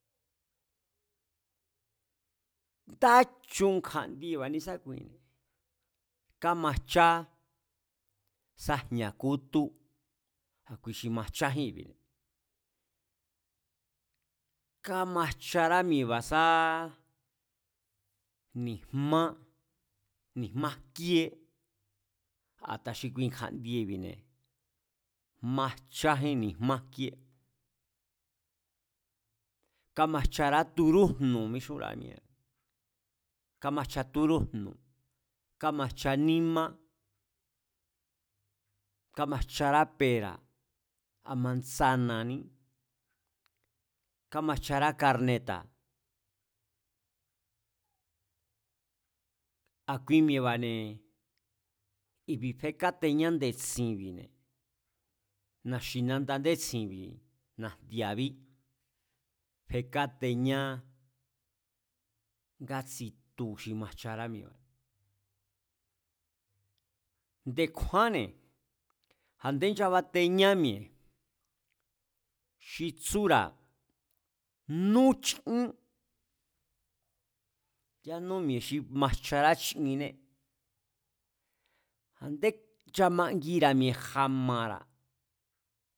Ndá chu kja̱ndieba̱ ne̱ésákui, kamajchá sá jñá kútú, ki xi majchájín i̱bi̱, kámajcharami̱e̱ba̱ sá ni̱jmá, ni̱jmá jkíé, a̱ta xi kui kja̱ndiebi̱ne̱ majchajín ni̱jmá jkíé, kámajchará turújnu̱ mixúnra̱a míée̱ne̱, kamajcha túrújnu̱, kámajcha nímá, kámajchará pera̱, a manzana̱ní, kámajchará carneta̱, a̱ kui mi̱e̱ba̱ne̱, i̱bi̱ fekateñá nde̱tsi̱nbi̱ne̱, na̱xi̱anda ndétsi̱nbi̱ na̱jndia̱abí, fekateñá ngátsi tu xi majchará mi̱e̱ba̱, nde̱kjúánne̱ a̱ndé nchabateñá mi̱e̱ xi tsúra̱ ñú chín, yanú mi̱e̱ xi majchará nú chinné, a̱ndé nchamangira̱ mi̱e̱ ja̱mara̱